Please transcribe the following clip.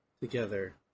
together